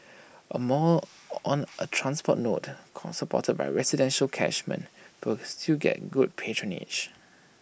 A mall on A transport node supported by residential catchment will still get good patronage